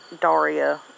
Daria